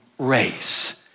race